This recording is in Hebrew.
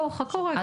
חכו, חכו רגע.